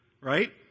right